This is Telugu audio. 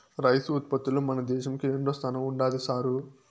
రైసు ఉత్పత్తిలో మన దేశంకి రెండోస్థానం ఉండాది సారూ